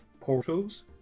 portals